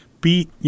beat